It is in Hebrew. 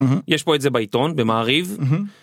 יש פה את זה בעיתון, במעריב.